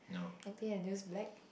and paint your nails black